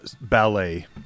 ballet